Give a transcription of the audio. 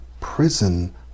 prison